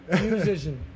Musician